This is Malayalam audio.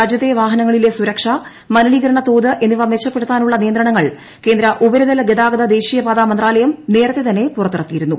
രാജ്യത്തെ വാഹനങ്ങളിലെ സുരക്ഷ മലിനീകരണ്ട് ത്തോത് എന്നിവ മെച്ചപ്പെടുത്താനുള്ള നിയന്ത്രണങ്ങൾ കേന്ദ്ര ഉപരിതല ഗതാഗത ദേശീയപാത മന്ത്രാലയം നേരത്തെ തന്നെ പുറത്തിറക്കിയിരുന്നു